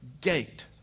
gate